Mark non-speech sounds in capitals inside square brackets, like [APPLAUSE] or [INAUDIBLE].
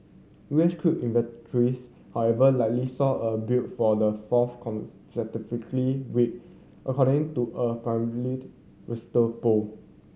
U S crude inventories however likely saw a build for the fourth consecutively week according to a [UNINTELLIGIBLE] bowl